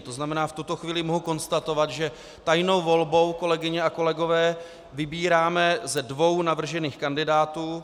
To znamená, v tuto chvíli mohu konstatovat, že tajnou volbou, kolegyně a kolegové, vybíráme ze dvou navržených kandidátů.